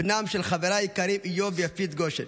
בנם של חבריי היקרים איוב ויפית גושן,